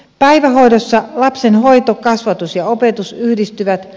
päivähoidossa lapsen hoito kasvatus ja opetus yhdistyvät